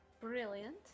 Brilliant